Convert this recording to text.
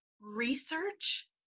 research